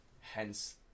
hence